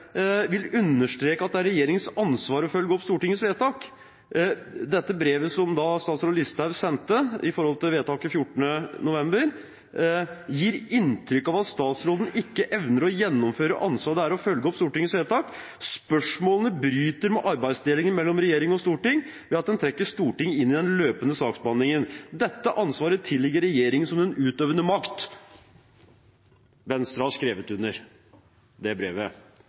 vil understreke at det er regjeringens ansvar å følge opp Stortingets vedtak.» Videre står det at det brevet som statsråd Listhaug sendte i forbindelse med vedtaket den 14. november, «gir inntrykk av at statsråden ikke evner å gjennomføre ansvaret det er å følge opp Stortingets vedtak. Spørsmålene bryter med arbeidsdelingen mellom regjering og Stortinget ved at den trekker Stortinget inn i den løpende saksbehandlingen. Dette ansvaret tilligger regjeringen som den utøvende makt.»